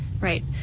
right